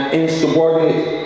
insubordinate